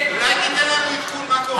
אולי, אולי תיתן לנו עדכון מה קורה?